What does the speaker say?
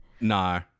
No